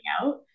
out